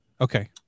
Okay